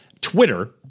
Twitter